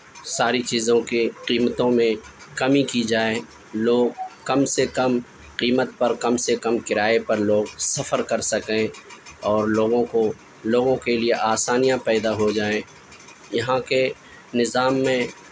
ساری چیزوں کے قیمتوں میں کمی کی جائے لوگ کم سے کم قیمت پر کم سے کم کرائے پر لوگ سفر کر سکیں اور لوگوں کو لوگوں کے لیے آسانیاں پیدا ہو جائیں یہاں کے نظام میں